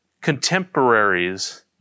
contemporaries